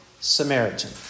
Samaritan